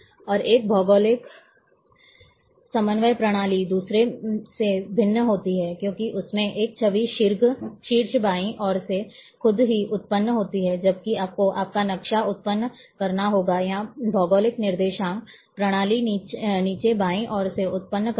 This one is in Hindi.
और एक भौगोलिक समन्वय प्रणाली दूसरों से भिन्न होती है क्योंकि उसमें एक छवि शीर्ष बाईं ओर से खुद ही उत्पन्न होती है जबकि आपको आपका नक्शा उत्पन्न करना होगा या भौगोलिक निर्देशांक प्रणाली नीचे बाईं ओर से उत्पन्न करनी होगी